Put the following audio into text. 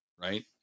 Right